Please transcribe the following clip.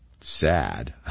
sad